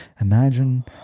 Imagine